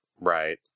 Right